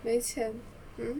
没钱